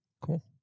Cool